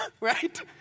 right